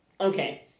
Okay